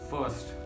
first